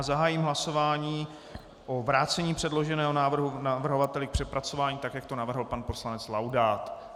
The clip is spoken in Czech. Zahájím hlasování o vrácení předloženého návrhu navrhovateli k přepracování tak, jak to navrhl pan poslanec Laudát.